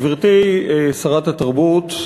גברתי שרת התרבות,